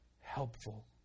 helpful